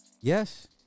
yes